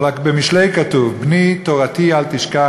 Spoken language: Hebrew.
אבל במשלי כתוב: "בני תורתי אל תשכח